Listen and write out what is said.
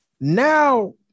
now